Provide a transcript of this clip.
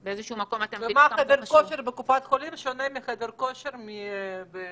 במה חדר כושר בקופת חולים שונה מחדר כושר פרטי?